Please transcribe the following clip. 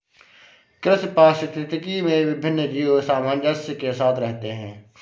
कृषि पारिस्थितिकी में विभिन्न जीव सामंजस्य के साथ रहते हैं